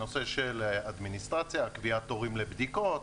לקבוע תורים לבדיקות,